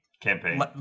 campaign